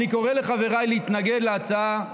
אני קורא לחבריי להתנגד להצעה.